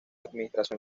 administración